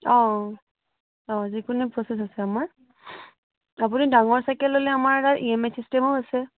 অ' অ' অ' যিকোনো প্ৰচেছ আছে আমাৰ আপুনি ডাঙৰ চাইকেল ল'লে আমাৰ তাত ই এম আই চিষ্টেমো আছে